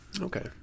Okay